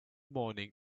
morning